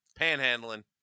panhandling